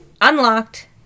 Unlocked